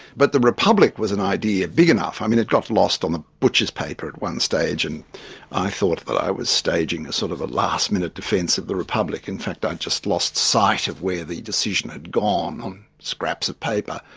but the republic was an idea big enough i mean it got lost on the butcher's paper at one stage and i thought, well but i was staging a sort of last-minute defence of the republic. in fact i'd just lost sight of where the decision had gone on scraps of paper.